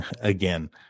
again